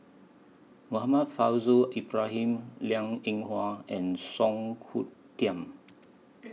Muhammad Faishal Ibrahim Liang Eng Hwa and Song Hoot Kiam